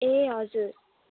ए हजुर